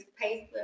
paste